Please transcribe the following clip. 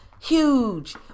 huge